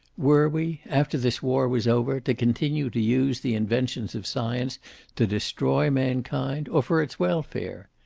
were we, after this war was over, to continue to use the inventions of science to destroy mankind, or for its welfare?